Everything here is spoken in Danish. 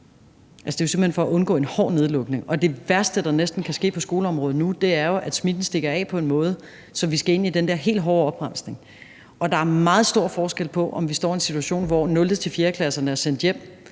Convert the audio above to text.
Det er jo simpelt hen for at undgå en hård nedlukning, og det værste, der næsten kan ske på skoleområdet nu, er jo, at smitten stikker af på en måde, så vi skal ind i den der helt hårde opbremsning. Der er meget stor forskel på, om vi står i en situation, hvor 0.-4.-klasserne er sendt hjem.